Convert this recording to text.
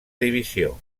divisió